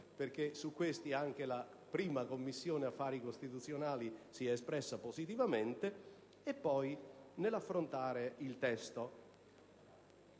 perché su questi anche la Commissione affari costituzionali si è espressa positivamente, e poi nell'affrontare il testo.